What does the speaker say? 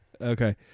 Okay